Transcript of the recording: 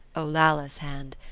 olalla's hand,